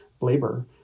labor